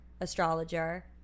astrologer